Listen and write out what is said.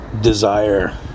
desire